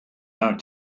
our